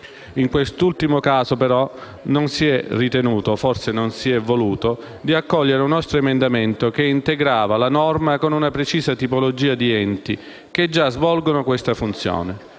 In quest'ultimo caso però non si è ritenuto - o forse non si è voluto - accogliere un nostro emendamento che integrava la norma con una precisa tipologia di enti che già svolgono questa funzione.